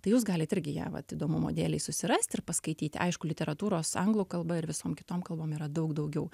tai jūs galit irgi ją vat įdomumo dėlei susirast ir paskaityti aišku literatūros anglų kalba ir visom kitom kalbom yra daug daugiau